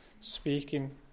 Speaking